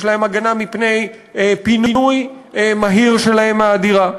יש להם הגנה מפני פינוי מהיר שלהם מהדירה.